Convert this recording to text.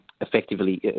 effectively